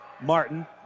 Martin